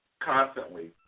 constantly